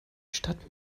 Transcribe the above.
stadt